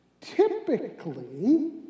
Typically